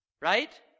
Right